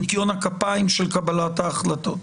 בניקיון הכפיים של קבלת ההחלטות.